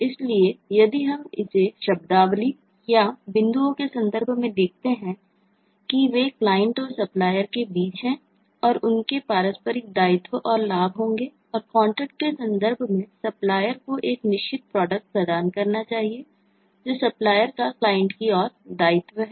इसलिए यदि हम इसे शब्दावली या बिंदुओं के संदर्भ में देखते हैं कि वे क्लाइंट की ओर दायित्व है